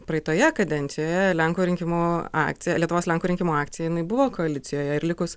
praeitoje kadencijoj lenkų rinkimų akcija lietuvos lenkų rinkimų akcija jinai buvo koalicijoje ir likus